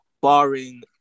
barring